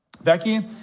Becky